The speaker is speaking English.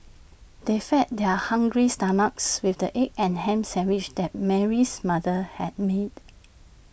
they fed their hungry stomachs with the egg and Ham Sandwiches that Mary's mother had made